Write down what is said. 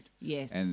Yes